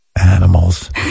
Animals